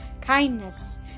kindness